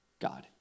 God